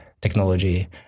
technology